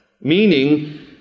meaning